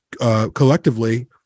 collectively